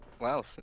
wow